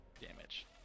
damage